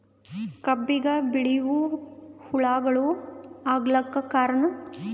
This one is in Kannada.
ಕಬ್ಬಿಗ ಬಿಳಿವು ಹುಳಾಗಳು ಆಗಲಕ್ಕ ಕಾರಣ?